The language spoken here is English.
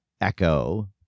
echo